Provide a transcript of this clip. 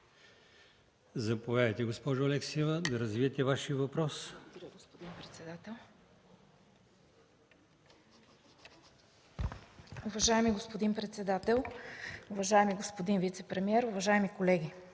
Заповядайте, госпожо Алексиева, да развиете вашия въпрос.